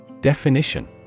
Definition